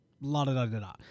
la-da-da-da-da